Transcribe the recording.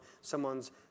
someone's